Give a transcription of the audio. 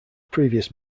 previous